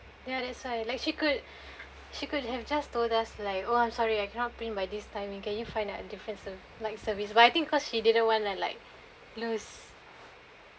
ya that's why like she could she could have just told us like oh I'm sorry I cannot print by this time can you find a different ser~ like service but I think because she didn't want like lose